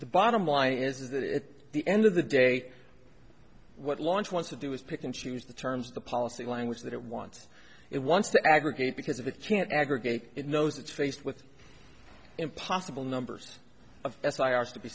the bottom line is that it's the end of the day what launch wants to do is pick and choose the terms the policy language that it wants it wants to aggregate because if it can't aggregate it knows it's faced with impossible numbers